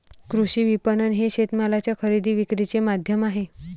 कृषी विपणन हे शेतमालाच्या खरेदी विक्रीचे माध्यम आहे